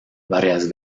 varias